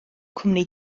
cwmni